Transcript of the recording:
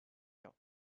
here